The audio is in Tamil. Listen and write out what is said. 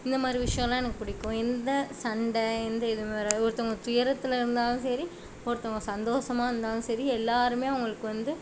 இந்த மாதிரி விஷயோலாம் எனக்கு பிடிக்கும் இந்த சண்டை எந்த இது வரை ஒருத்தவுங்கள் துயரத்தில் இருந்தாலும் சரி ஒருத்தவுங்கள் சந்தோஷமா இருந்தாலும் சரி எல்லாரும் அவர்களுக்கு வந்து